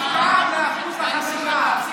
לאחוז החסימה.